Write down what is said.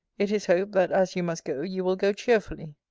it is hoped, that as you must go, you will go cheerfully.